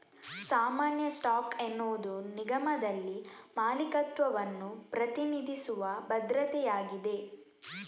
ಸಾಮಾನ್ಯ ಸ್ಟಾಕ್ ಎನ್ನುವುದು ನಿಗಮದಲ್ಲಿ ಮಾಲೀಕತ್ವವನ್ನು ಪ್ರತಿನಿಧಿಸುವ ಭದ್ರತೆಯಾಗಿದೆ